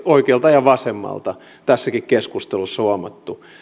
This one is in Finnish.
oikealta ja vasemmalta tässäkin keskustelussa huomattu